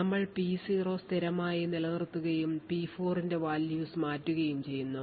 നമ്മൾ P0 സ്ഥിരമായി നിലനിർത്തുകയും P4 ന്റെ values മാറ്റുകയും ചെയ്യുന്നു